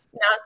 Now